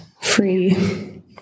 free